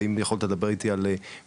ואם אתה יכול לדבר איתי על מספרים,